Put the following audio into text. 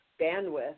bandwidth